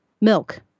milk